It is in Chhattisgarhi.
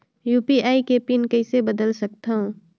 यू.पी.आई के पिन कइसे बदल सकथव?